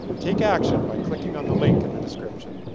take action, by clicking on the link in the description.